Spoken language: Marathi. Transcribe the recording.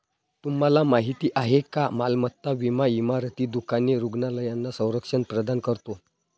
तुम्हाला माहिती आहे का मालमत्ता विमा इमारती, दुकाने, रुग्णालयांना संरक्षण प्रदान करतो